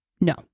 no